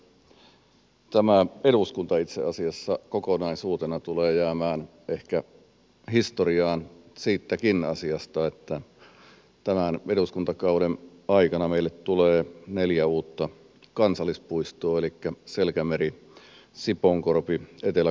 itse asiassa tämä eduskunta kokonaisuutena tulee jäämään ehkä historiaan siitäkin asiasta että tämän eduskuntakauden aikana meille tulee neljä uutta kansallispuistoa elikkä selkämeri sipoonkorpi etelä konnevesi ja nyt teijo